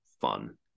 fun